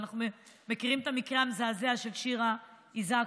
ואנחנו מכירים את המקרה המזעזע של שירה איסקוב: